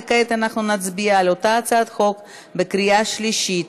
וכעת נצביע על אותה הצעת חוק בקריאה שלישית.